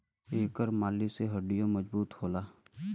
एकर मालिश से हड्डीयों मजबूत होला